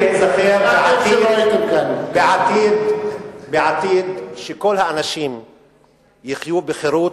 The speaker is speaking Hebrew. בעתיד, כשכל האנשים יחיו בחירות,